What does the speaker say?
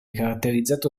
caratterizzato